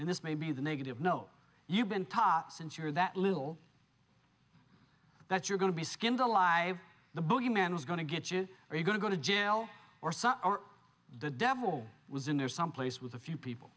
and this may be the negative no you've been taught since you're that little that you're going to be skinned alive the boogie man is going to get you are you going to go to jail or some or the devil was in there someplace with a few people